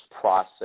process